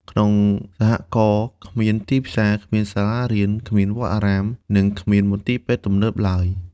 ក្នុងសហករណ៍ គ្មានទីផ្សារ គ្មានសាលារៀន គ្មានវត្តអារាម និងគ្មានមន្ទីរពេទ្យទំនើបឡើយ។